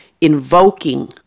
invoking